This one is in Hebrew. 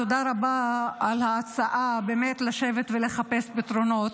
תודה רבה על ההצעה לשבת ולחפש פתרונות.